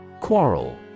Quarrel